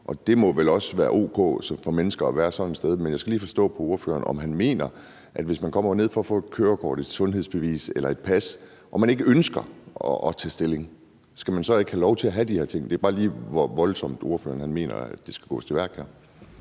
det må vel også være o.k. for mennesker at være sådan et sted. Men jeg skal lige forstå på ordføreren, hvad han mener: Hvis man kommer ned for at få et kørekort, et sundhedsbevis eller et pas og man ikke ønsker at tage stilling, skal man så ikke have lov til at lade være? Jeg vil bare lige høre, hvor voldsomt ordføreren mener at der skal gås til værks her.